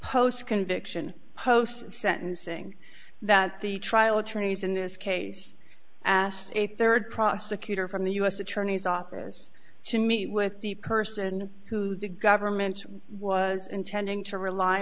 post conviction post sentencing that the trial attorneys in this case asked a third prosecutor from the u s attorney's office to meet with the person who did government was intending to rely